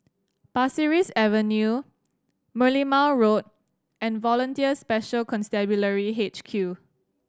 Pasir Ris Avenue Merlimau Road and Volunteer Special Constabulary H Q